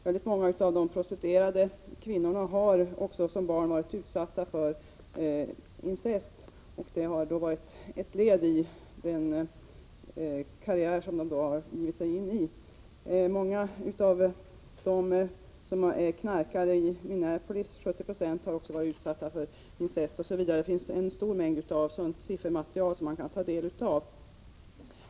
Väldigt många av de prostituerade kvinnorna har också som barn varit utsatta för incest, och det har varit ett led i den karriär som de givit sig in i. Många knarkare it.ex. Minneapolis, 70 90, har varit utsatta för incest. Det finns en stor mängd siffermaterial som man kan ta del av.